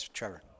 Trevor